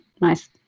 nice